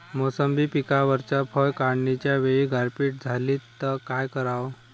मोसंबी पिकावरच्या फळं काढनीच्या वेळी गारपीट झाली त काय कराव?